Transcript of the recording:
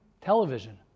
Television